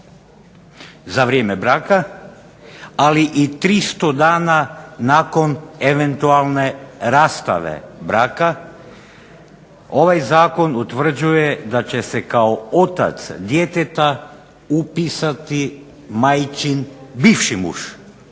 za vrijeme braka, ali i 300 dana nakon eventualne rastave braka. Ovaj zakon utvrđuje da će se kao otac djeteta upisati majčin bivši muž,